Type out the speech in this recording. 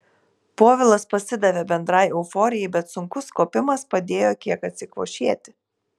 povilas pasidavė bendrai euforijai bet sunkus kopimas padėjo kiek atsikvošėti